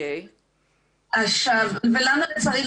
למה לצערי?